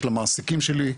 של המעסיקים שלי,